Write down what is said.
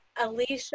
alicia